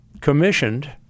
commissioned